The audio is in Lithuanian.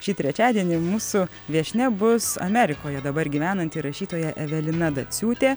šį trečiadienį mūsų viešnia bus amerikoje dabar gyvenanti rašytoja evelina daciūtė